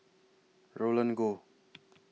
Roland Goh